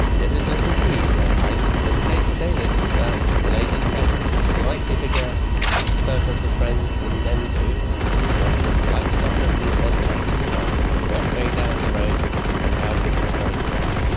yes, it does indeed. i hesitate to say this, but the ladies have slightly bigger circles of friends than men do, and as a result they're slightly better at these mentalising tasks, and we're not going down the road on how big their brains are.